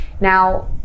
Now